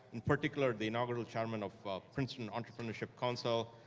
in particular, the inaugural chairman of princeton entrepreneurship council.